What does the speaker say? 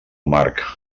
marc